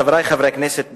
חברי חברי הכנסת,